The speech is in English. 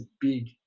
big